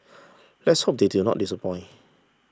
let's hope they do not disappoint